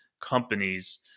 companies